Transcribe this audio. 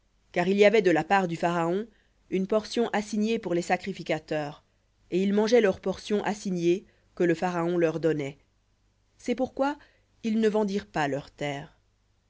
car il y avait de la part du pharaon une portion assignée pour les sacrificateurs et ils mangeaient leur portion assignée que le pharaon leur donnait c'est pourquoi ils ne vendirent pas leurs terres